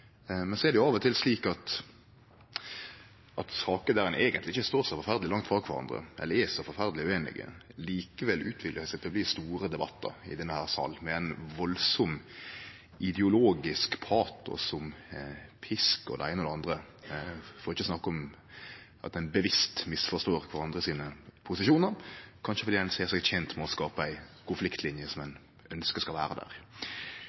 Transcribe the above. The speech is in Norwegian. Det er av og til slik at saker der ein eigentleg ikkje står så forferdeleg langt frå kvarandre eller er så forferdeleg ueinige, likevel utviklar seg til å bli store debattar i denne salen, med ein veldig ideologisk patos om pisk og det eine og det andre – for ikkje å snakke om at ein bevisst misforstår kvarandre sine posisjonar, kanskje fordi ein ser seg tent med å skape ei konfliktlinje som ein ønskjer skal vere der.